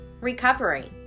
recovery